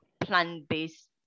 plant-based